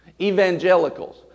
evangelicals